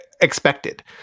expected